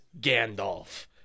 Gandalf